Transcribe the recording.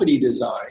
design